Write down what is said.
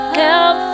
help